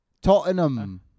Tottenham